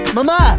Mama